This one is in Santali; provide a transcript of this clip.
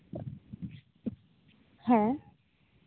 ᱦᱮᱸ